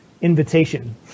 invitation